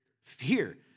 Fear